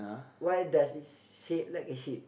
why does it shape like a ship